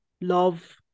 love